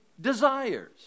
desires